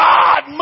God